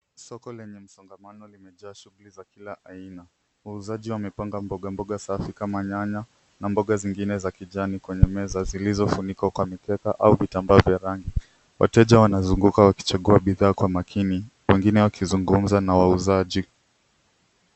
Soko lenye msongamano limejaa shughuli za kila aina. Wauzaji wamepanga mboga mboga safi kama nyanya na mboga zingine za kijani kwenye meza zilizofunikwa kwa mikeka au vitambaa vya rangi. Wateja wanazunguka wakichagua bidhaa kwa makini, wengine wakizungumza na wauzaji.